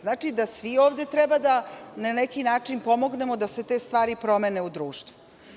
Znači, da svi ovde treba na neki način da pomognemo da se te stvari promene u društvu.